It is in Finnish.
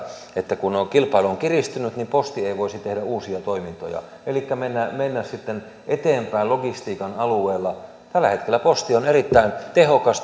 kun kilpailu on kiristynyt että posti ei voisi tehdä uusia toimintoja elikkä mennä eteenpäin logistiikan alueella tällä hetkellä posti on erittäin tehokas